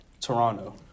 Toronto